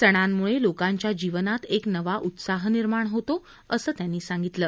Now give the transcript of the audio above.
सणांमुळे लोकांच्या जीवनात एक नवा उत्साह निर्माण होतो असं त्यांनी सांगितलं